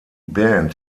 band